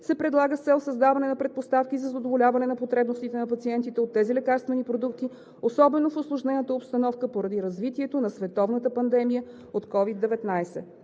се предлага с цел създаване на предпоставки за задоволяване на потребностите на пациентите от тези лекарствени продукти, особено в усложнената обстановка поради развитието на световната пандемия от COVID-19.